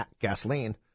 gasoline